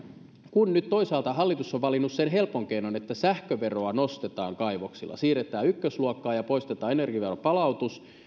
kun nyt toisaalta hallitus on valinnut sen helpon keinon että sähköveroa nostetaan kaivoksilla siirretään ykkösluokkaan ja poistetaan energiaveron palautus